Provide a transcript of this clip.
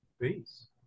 peace